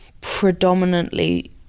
predominantly